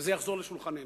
וזה יחזור לשולחננו.